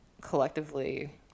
collectively